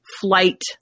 flight